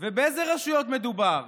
ובאיזה רשויות מדובר?